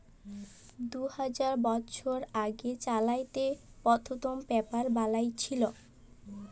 দু হাজার বসর আগে চাইলাতে পথ্থম পেপার বালাঁই ছিল